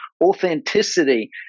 authenticity